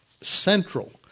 central